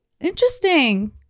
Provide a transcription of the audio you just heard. Interesting